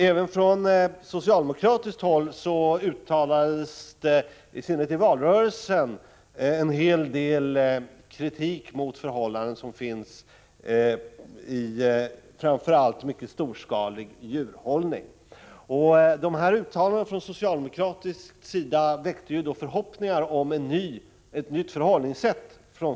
Även från socialdemokratiskt håll uttalades det, i synnerhet i valrörelsen, en hel del kritik mot de förhållanden som råder i framför allt mycket storskalig djurhållning. De här uttalandena från socialdemokratisk sida väckte förhoppningar om ett nytt förhållningssätt.